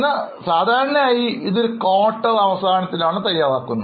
എന്നാൽ സാധാരണയായി ഇത് Quarter അവസാനത്തിലാണ് തയ്യാറാക്കുന്നത്